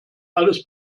alles